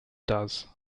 does